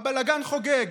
הבלגן חוגג.